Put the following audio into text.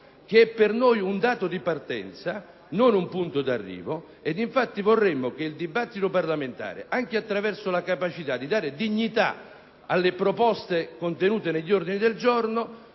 che per noi e un dato di partenza e non un punto di arrivo. Infatti vorremmo che il dibattito parlamentare, anche attraverso la capacitadi dare dignita alle proposte contenute negli ordini del giorno,